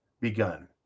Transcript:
begun